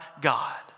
God